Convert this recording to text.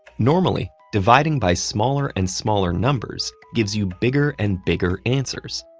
normally, dividing by smaller and smaller numbers gives you bigger and bigger answers.